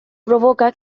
provoca